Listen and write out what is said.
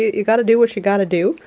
you gotta do what you gotta do.